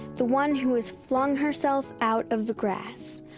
the one who has flung herself out of the grass,